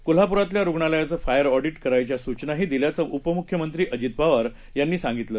कोल्हापुरातल्यारुग्णालयांचंफायरऑडिटकरायच्यासूचनाहीदिल्याचंउपमुख्यमंत्रीअजितपवारयांनीसांगितलं